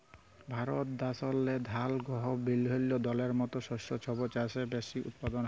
ভারত দ্যাশেল্লে ধাল, গহম বিভিল্য দলের মত শস্য ছব চাঁয়ে বেশি উৎপাদল হ্যয়